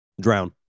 Drown